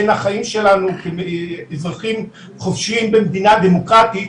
לחיים שלנו כאזרחים חופשיים במדינה דמוקרטית,